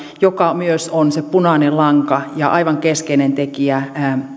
joka myös on se punainen lanka ja aivan keskeinen tekijä